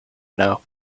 know